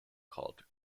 called